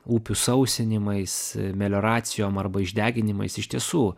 upių sausinimais melioracijom arba išdeginimas iš tiesų